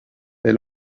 they